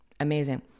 Amazing